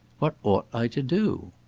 what ought i to do?